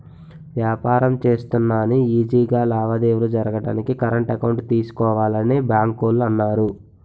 వ్యాపారం చేస్తున్నా అని ఈజీ గా లావాదేవీలు జరగడానికి కరెంట్ అకౌంట్ తీసుకోవాలని బాంకోల్లు అన్నారు